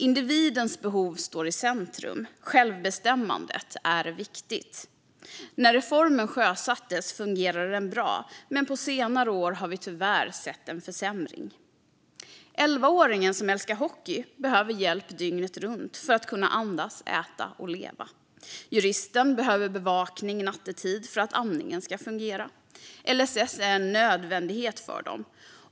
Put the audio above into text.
Individens behov står i centrum. Självbestämmandet är viktigt. När reformen sjösattes fungerade den bra, men på senare år har vi tyvärr sett en försämring. Elvaåringen som älskar hockey behöver hjälp dygnet runt för att kunna andas, äta och leva. Juristen behöver bevakning nattetid för att andningen ska fungera. LSS är en nödvändighet för dem.